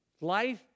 life